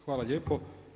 Hvala lijepo.